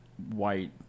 White